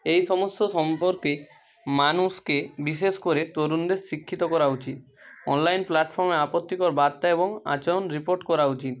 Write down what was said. এই সমস্ত সম্পর্কে মানুষকে বিশেষ করে তরুণদের শিক্ষিত করা উচিত অনলাইন প্ল্যাটফর্মে আপত্তিকর বার্তা এবং আচরণ রিপোর্ট করা উচিত